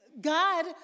God